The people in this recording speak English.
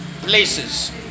places